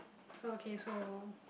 so okay so